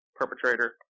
perpetrator